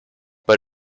but